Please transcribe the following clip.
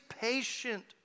patient